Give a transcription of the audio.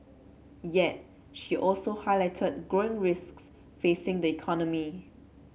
yet she also highlighted growing risks facing the economy